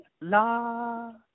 La